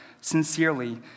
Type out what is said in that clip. sincerely